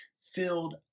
filled